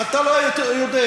אתה אולי לא היית יודע,